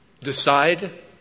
decide